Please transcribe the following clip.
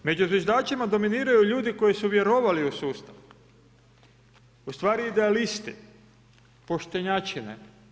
Među zviždačima dominiraju ljudi koji su vjerovali u sustav, ustvari idealisti, poštenjačine.